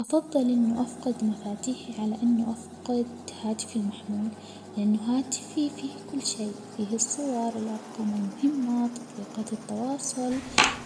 أفضل إنه أفقد مفاتيحي على إنه افقد هاتفي المحمول؛ لأنه هاتفي فيه كل شيء، فيه الصور، الأرقام المهمة، تطبيقات التواصل،